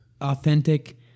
authentic